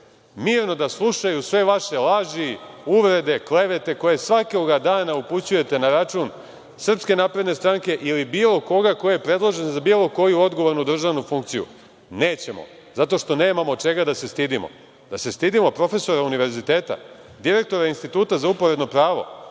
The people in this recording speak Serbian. mirno da slušaju sve vaše laži, uvrede, klevete, koje svakoga dana upućujete na račun SNS ili bilo koga ko je predložen za bilo koju odgovornu državnu funkciju. Nećemo, zato što nemamo čega da se stidimo. Da se stidimo profesora univerziteta, direktora Instituta za uporedno pravo,